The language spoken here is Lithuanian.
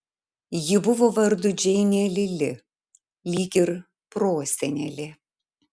ji buvo vardu džeinė lili lyg ir prosenelė